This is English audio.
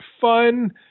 fun